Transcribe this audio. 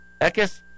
Eckes